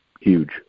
huge